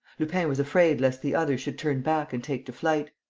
lupin was afraid lest the other should turn back and take to flight.